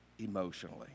Emotionally